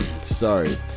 Sorry